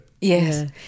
Yes